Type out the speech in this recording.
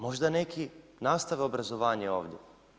Možda neki nastave obrazovanje ovdje.